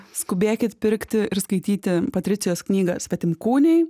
skubėkit pirkti ir skaityti patricijos knygą svetimkūniai